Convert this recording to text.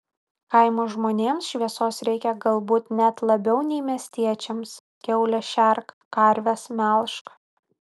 kaimo žmonėms šviesos reikia galbūt net labiau nei miestiečiams kiaules šerk karves melžk